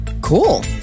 Cool